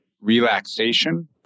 relaxation